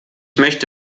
möchte